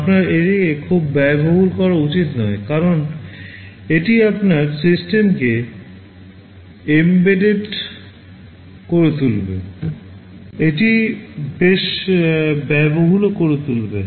আপনার এটিকে খুব ব্যয়বহুল করা উচিত নয় কারণ এটি আপনার সিস্টেমকে এম্বেডেড করে তুলবে এটি বেশ ব্যয়বহুলও করে তুলবে